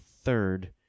third